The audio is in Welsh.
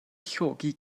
llogi